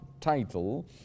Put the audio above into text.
title